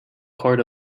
court